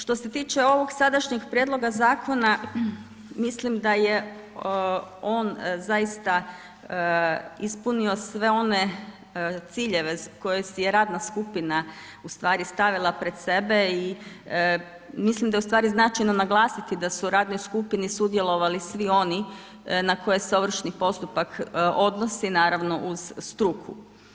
Što se tiče ovog sadašnjeg prijedloga zakona mislim da je on zaista ispunio sve one ciljeve koje si je radna skupina stavila pred sebe i mislim da je značajno naglasiti da su u radnoj skupini sudjelovali svi oni na koje se ovršni postupak odnosi, naravno uz struku.